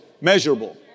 measurable